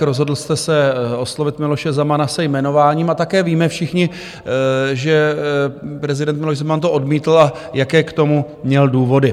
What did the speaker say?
Rozhodl jste se oslovit Miloše Zemana se jmenováním, a také víme všichni, že prezident Miloš Zeman to odmítl, a jaké k tomu měl důvody.